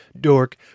dork